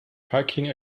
hiking